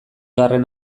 garren